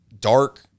dark